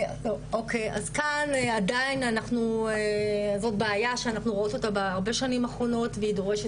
אז כאן עדיין זאת בעיה שאנחנו רואות אותה בשנים האחרונות והיא דורשת